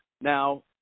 Now